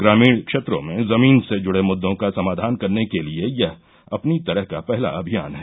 ग्रामीण क्षेत्रों में जमीन से जुड़े मुद्दों का समाधान करने के लिए यह अपनी तरह का पहला अभियान है